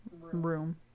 room